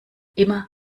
immer